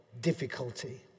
difficulty